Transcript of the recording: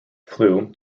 flew